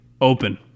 open